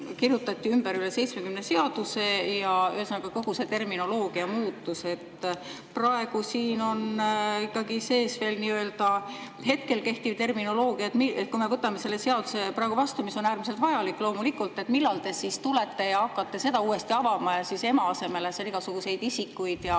kirjutati ümber üle 70 seaduse ning kogu see terminoloogia muutus. Praegu siin on ikkagi sees veel hetkel kehtiv terminoloogia. Kui me võtame selle seaduse vastu, mis on äärmiselt vajalik loomulikult, siis millal te tulete ja hakkate seda uuesti avama ja "ema" asemele igasuguseid "isikuid" ja